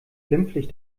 glimpflich